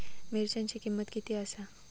मिरच्यांची किंमत किती आसा?